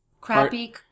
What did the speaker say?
Crappy